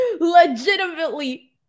legitimately